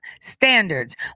standards